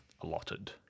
allotted